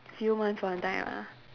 few months one time ah